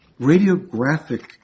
Radiographic